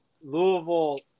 Louisville